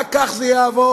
רק כך זה יעבוד",